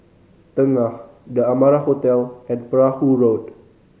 Tengah The Amara Hotel and Perahu Road